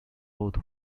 both